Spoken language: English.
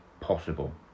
possible